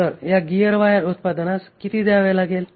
तर या gear wire उत्पादनास हे किती द्यावे लागेल